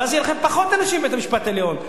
ואז יהיו לכם פחות אנשים בבית-המשפט העליון.